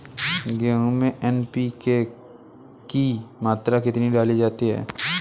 गेहूँ में एन.पी.के की मात्रा कितनी डाली जाती है?